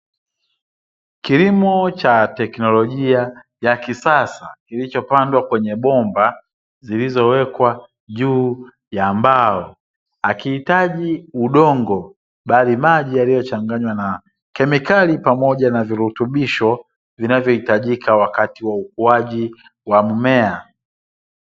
Kilimo cha teknolojia ya kisasa, kilichopandwa kwenye bomba zilizowekwa juu ya mbao, hakihitaji udongo, bali maji pamoja na virutubisho vinavyohitajika kwa ajili ya ukuwaji wa mmea.